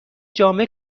جامع